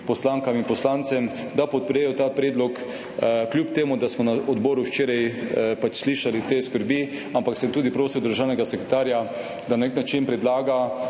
poslankam in poslancem, da podprejo ta predlog, kljub temu da smo na odboru včeraj slišali te skrbi. Ampak sem tudi prosil državnega sekretarja, da na nek način predlaga